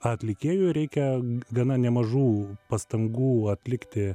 atlikėjui reikia gana nemažų pastangų atlikti